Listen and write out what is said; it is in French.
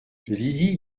lydie